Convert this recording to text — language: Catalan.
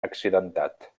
accidentat